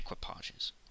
equipages